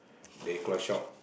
they close shop